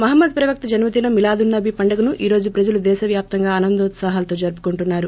మహమ్మద్ ప్రవక్త జన్మదినం మిలాద్ ఉన్ నబీ పండుగను ఈ రోజు ప్రజలు దేశవ్యాప్తంగా ఆనందోత్సవాలతో జరుపుకుంటున్నారు